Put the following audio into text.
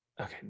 Okay